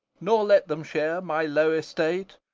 nor let them share my low estate.